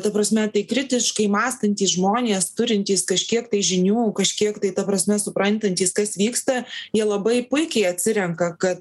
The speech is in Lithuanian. ta prasme tai kritiškai mąstantys žmonės turintys kažkiek tai žinių kažkiek tai ta prasme suprantantys kas vyksta jie labai puikiai atsirenka kad